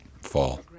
fall